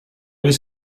was